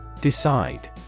Decide